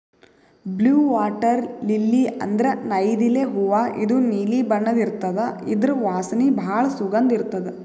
blue water lily ಅಂದ್ರ ನೈದಿಲೆ ಹೂವಾ ಇದು ನೀಲಿ ಬಣ್ಣದ್ ಇರ್ತದ್ ಇದ್ರ್ ವಾಸನಿ ಭಾಳ್ ಸುಗಂಧ್ ಇರ್ತದ್